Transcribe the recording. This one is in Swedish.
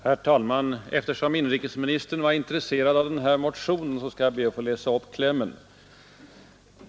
Herr talman! Eftersom inrikesministern var intresserad av den motion, som jag berörde, skall jag be att få läsa upp klämmen.